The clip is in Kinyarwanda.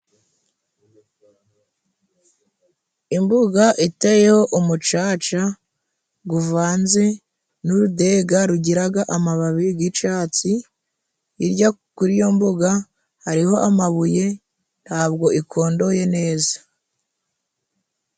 Imbuga iteyeho umucaca guvanze n'urudega rugiraga amababi g'icatsi, hirya kuri iyo mbuga hariho amabuye ntabwo ikondoye neza.